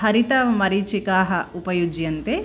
हरितमरीचिकाः उपयुज्यन्ते